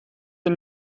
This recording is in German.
ein